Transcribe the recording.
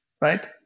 right